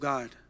God